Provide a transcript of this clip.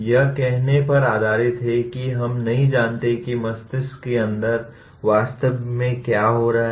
यह कहने पर आधारित है कि हम नहीं जानते कि मस्तिष्क के अंदर वास्तव में क्या हो रहा है